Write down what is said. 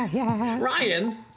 Ryan